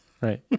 right